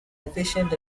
efficient